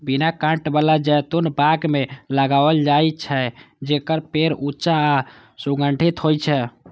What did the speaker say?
बिना कांट बला जैतून बाग मे लगाओल जाइ छै, जेकर पेड़ ऊंच आ सुगठित होइ छै